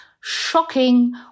shocking